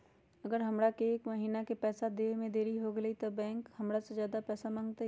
अगर हमरा से एक महीना के पैसा देवे में देरी होगलइ तब बैंक हमरा से ज्यादा पैसा मंगतइ?